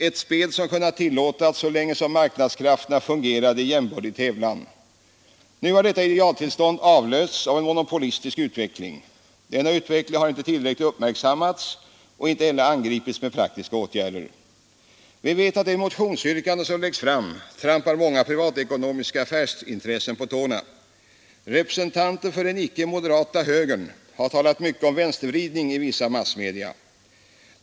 Ett spel som kunnat tillåtas så länge som marknadskrafterna fungerade i jämbördig tävlan. Nu har detta idealtillstånd avlösts av en monopolistisk utveckling. Denna utveckling har inte tillräckligt uppmärksammats och inte heller angripits med praktiska åtgärder. Vi vet att det motionsyrkande som läggs fram trampar många privatekonomiska affärsintressen på tårna. Representanter för den icke moderata högern har talat mycket om vänstervridning i vissa massmedia.